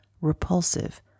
repulsive